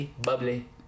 bubbly